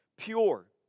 Pure